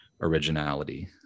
originality